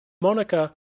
Monica